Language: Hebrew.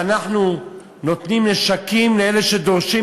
אנחנו נותנים נשק לאלה שדורשים,